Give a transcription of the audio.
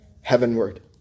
Heavenward